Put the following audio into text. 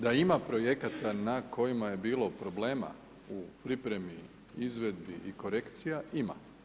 Da ima projekata na kojima je bilo problem au pripremi, izvedbi i korekcija ima.